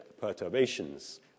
perturbations